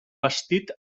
bastit